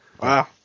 Wow